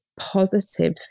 positive